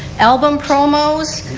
album promos,